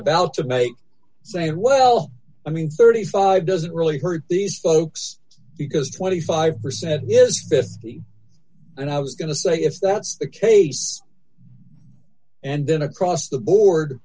about to make say well i mean thirty five doesn't really hurt these folks because twenty five percent is fifty and i was going to say if that's the case and then across the board